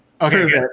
Okay